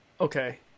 Okay